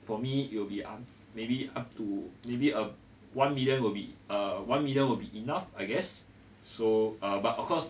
for me it will be up maybe up to maybe err one million will be err one million will be enough I guess so err but of course